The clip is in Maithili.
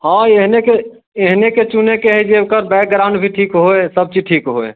हअ एहनेके एहनेके चुनै के हय जेकर बैकग्राउंड भी ठीक होइ सबचीज ठीक होइ